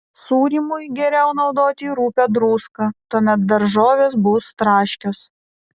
sūrymui geriau naudoti rupią druską tuomet daržovės bus traškios